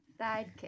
Sidekick